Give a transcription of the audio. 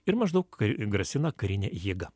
ir maždaug grasina karine jėga